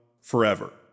forever